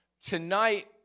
tonight